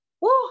Woo